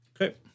Okay